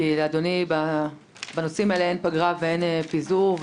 כי לאדוני בנושאים האלה אין פגרה ואין פיזור.